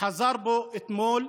חזר בו אתמול,